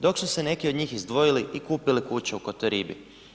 Dok su se neki od njih izdvojili i kupili kuće u Kotoribi.